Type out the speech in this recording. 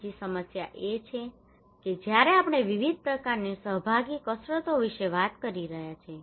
બીજી સમસ્યા એ છે કે જ્યારે આપણે વિવિધ પ્રકારની સહભાગી કસરતો વિશે વાત કરી રહ્યા છીએ